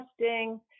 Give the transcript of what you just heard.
testing